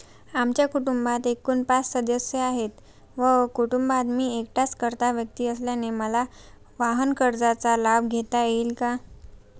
आमच्या कुटुंबात एकूण पाच सदस्य आहेत व कुटुंबात मी एकटाच कर्ता व्यक्ती असल्याने मला वाहनकर्जाचा लाभ घेता येईल का?